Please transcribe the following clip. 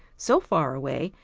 so far away,